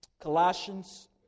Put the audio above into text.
Colossians